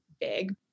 big